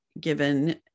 given